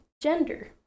gender